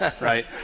right